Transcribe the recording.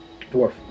Dwarf